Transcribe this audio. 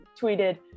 tweeted